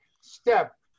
step